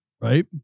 right